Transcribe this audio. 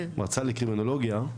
מהמועצה לקרימינולוגיה,